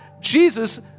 jesus